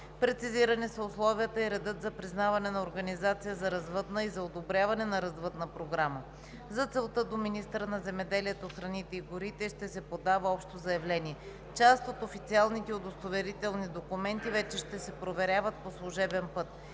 Прецизирани са условията и редът за признаване на организация за развъдна и за одобряване на развъдна програма. За целта до министъра на земеделието, храните и горите ще се подава общо заявление. Част от официалните удостоверителни документи вече ще се проверяват по служебен път.